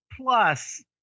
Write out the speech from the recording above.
plus